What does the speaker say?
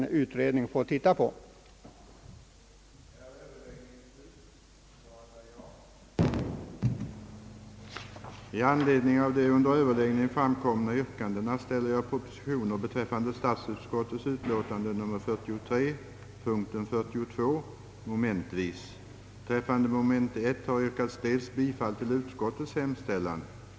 Till behandling i detta sammanhang